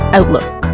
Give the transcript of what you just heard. Outlook